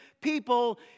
people